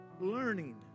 Learning